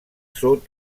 sud